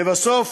לבסוף,